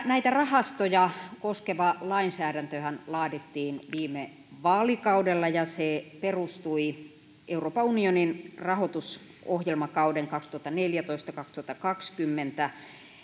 näitä rahastoja koskeva lainsäädäntöhän laadittiin viime vaalikaudella ja se perustui euroopan unionin rahoitusohjelmakaudelle kaksituhattaneljätoista viiva kaksituhattakaksikymmentä